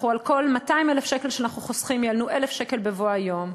על כל 200,000 שאנחנו חוסכים יהיה לנו 1,000 שקל בבוא היום,